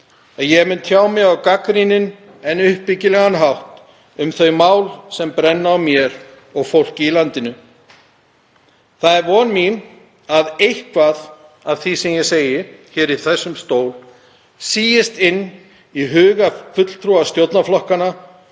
að ég mun tjá mig á gagnrýninn en uppbyggilegan hátt um þau mál sem brenna á mér og fólki í landinu. Það er von mín að eitthvað af því sem ég segi hér í þessum stól síist inn í huga fulltrúa stjórnarflokkanna